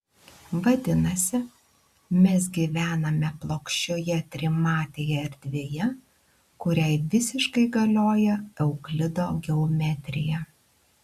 vadinasi mes gyvename plokščioje trimatėje erdvėje kuriai visiškai galioja euklido geometrija